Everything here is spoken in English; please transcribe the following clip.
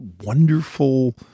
wonderful